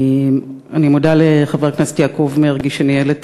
אני מודה לחבר הכנסת יעקב מרגי שניהל את